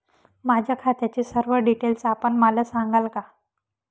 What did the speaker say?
माझ्या खात्याचे सर्व डिटेल्स आपण मला सांगाल का?